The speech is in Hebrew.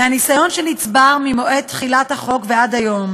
מהניסיון שנצבר ממועד תחילת החוק ועד היום